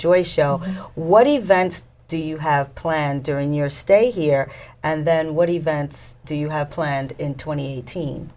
joy show what events do you have planned during your stay here and then what events do you have planned in twenty te